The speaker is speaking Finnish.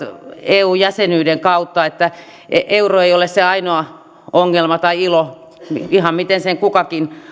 eu jäsenyyden kautta niin että euro ei ole se ainoa ongelma tai ilo ihan miten sen kukakin